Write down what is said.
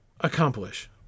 accomplish